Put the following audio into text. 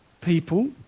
people